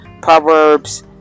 Proverbs